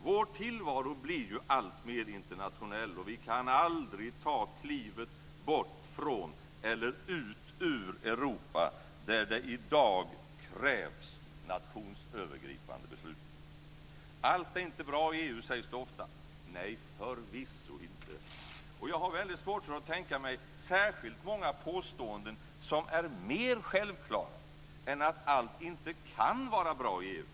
Vår tillvaro blir ju alltmer internationell, och vi kan aldrig ta klivet bort från eller ut ur Europa, där det i dag krävs nationsövergripande beslut. Allt är inte bra i EU, sägs det ofta. Nej, förvisso inte. Jag har väldigt svårt att tänka mig särskilt många påståenden som är mer självklara än att allt inte kan vara bra i EU.